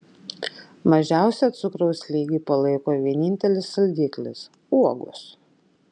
mažiausią cukraus lygį palaiko vienintelis saldiklis uogos